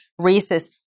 racist